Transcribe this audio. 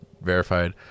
verified